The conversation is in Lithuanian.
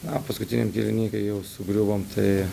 na paskutiniam kėlinyj kai jau sugriuvom tai